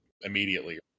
immediately